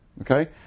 Okay